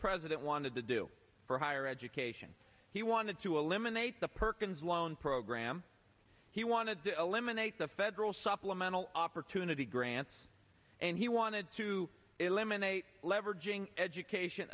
president wanted to do for higher education he wanted to eliminate the perkins loan program i am he wanted to eliminate the federal supplemental opportunity grants and he wanted to eliminate